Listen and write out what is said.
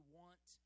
want